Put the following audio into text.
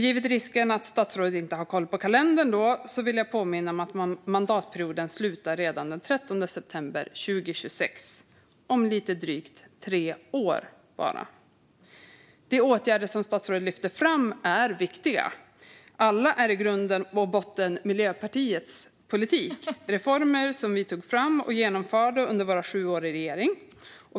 Givet risken att statsrådet inte har koll på kalendern vill jag påminna om att mandatperioden slutar redan den 13 september 2026 - om lite drygt tre år. De åtgärder som statsrådet lyfter fram är viktiga. Alla är i grund och botten Miljöpartiets politik - reformer som vi tog fram och genomförde under våra sju år i regering.